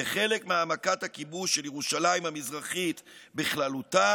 כחלק מהעמקת הכיבוש של ירושלים המזרחית בכללותה,